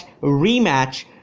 rematch